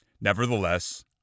Nevertheless